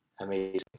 amazing